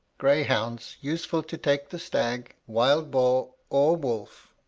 greyhounds useful to take the stag, wild boar, or wolf